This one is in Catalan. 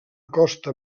costa